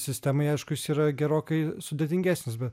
sistemai aišku jis yra gerokai sudėtingesnis be